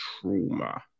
trauma